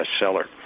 bestseller